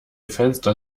fenster